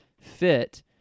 fit